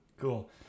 Cool